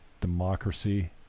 Democracy